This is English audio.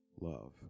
love